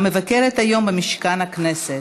המבקרת היום במשכן הכנסת.